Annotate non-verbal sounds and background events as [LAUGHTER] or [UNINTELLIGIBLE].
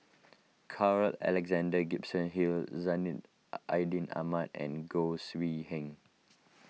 Carl Alexander Gibson Hill Zainal [UNINTELLIGIBLE] Ahmad and Goi [UNINTELLIGIBLE]